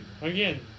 again